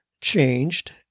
changed